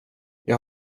jag